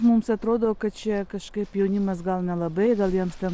mums atrodo kad čia kažkaip jaunimas gal nelabai gal jiems ten